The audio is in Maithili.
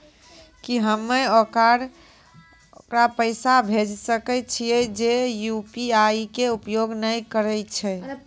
की हम्मय ओकरा पैसा भेजै सकय छियै जे यु.पी.आई के उपयोग नए करे छै?